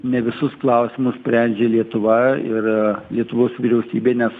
ne visus klausimus sprendžia lietuva ir lietuvos vyriausybė nes